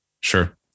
Sure